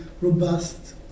robust